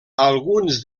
alguns